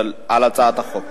על הצעת החוק.